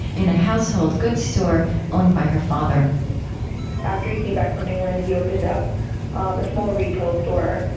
in a household goods store owned by her father after he came back from england, he opened up um a small retail store.